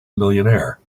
millionaire